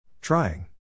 Trying